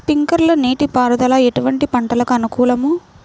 Sprinkler నీటిపారుదల ఎటువంటి పంటలకు అనుకూలము?